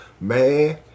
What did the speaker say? Man